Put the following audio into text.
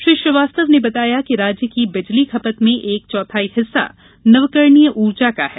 श्री श्रीवास्तव ने बताया कि राज्य की बिजली खपत में एक चौथाई हिस्सा नवकरणीय ऊर्जा का है